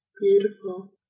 Beautiful